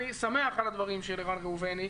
אני שמח על הדברים של ערן ראובני,